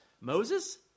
Moses